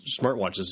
smartwatches